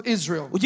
Israel